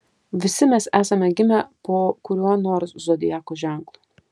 visi mes esame gimę po kuriuo nors zodiako ženklu